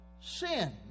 sin